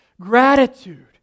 gratitude